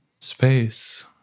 space